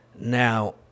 Now